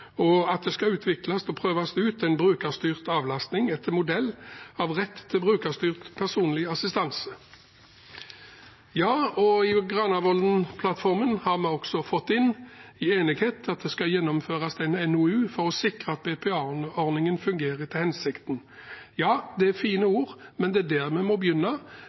og det skal utvikles og prøves ut en brukerstyrt avlastning, etter modell av retten til brukerstyrt personlig assistanse. I Granavolden-plattformen har vi også fått inn enighet om at det skal gjennomføres en NOU for å sikre at BPA-ordningen fungerer etter hensikten. Ja, det er fine ord, men det er der vi må begynne,